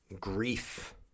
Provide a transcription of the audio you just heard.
grief